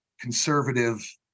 conservative